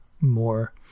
more